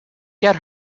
get